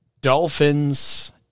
Dolphins